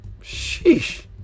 Sheesh